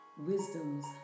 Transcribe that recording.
Wisdom's